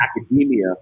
academia